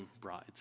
brides